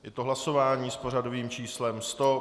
Je to hlasování s pořadovým číslem 100.